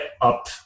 up